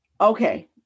Okay